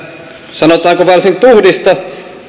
sanotaanko varsin tuhdista